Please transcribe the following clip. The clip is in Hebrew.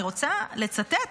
אני רוצה לצטט